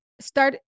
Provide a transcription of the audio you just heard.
start